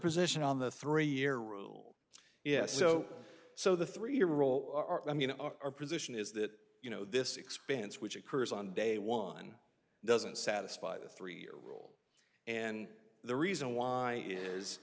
position on the three year rule yes so so the three year old i mean our position is that you know this expanse which occurs on day one doesn't satisfy the three year rule and the reason why i